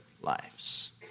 Lives